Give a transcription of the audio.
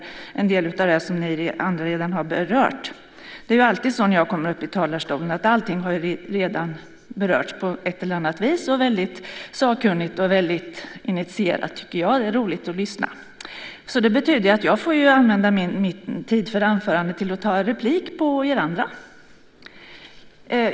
Det är en del av det som ni andra redan har berört. Det är ju alltid så när jag kommer upp i talarstolen att allting redan har berörts på ett eller annat vis - väldigt sakkunnigt och väldigt initierat, tycker jag. Det är roligt att lyssna. Det betyder ju att jag får använda min tid för anförande till att ta replik på er andra.